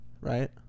right